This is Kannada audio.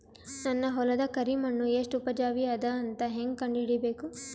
ನನ್ನ ಹೊಲದ ಕರಿ ಮಣ್ಣು ಎಷ್ಟು ಉಪಜಾವಿ ಅದ ಅಂತ ಹೇಂಗ ಕಂಡ ಹಿಡಿಬೇಕು?